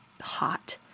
hot